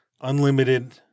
unlimited